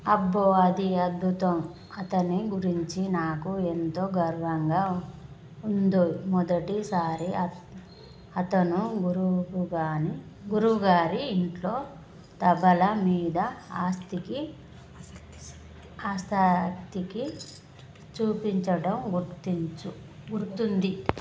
అబ్బో అది అద్భుతం అతని గురించి నాకు ఎంతో గర్వంగా ఉందో మొదటి సారి అతను గురువుకు గాని గురువుగారి ఇంట్లో తబలా మీద ఆస్తికి ఆసక్తికి చూపించటం గుర్తించు గుర్తుంది